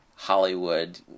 hollywood